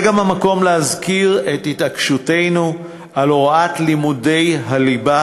זה גם המקום להזכיר את התעקשותנו על הוראת מקצועות הליבה,